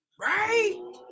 Right